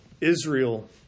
Israel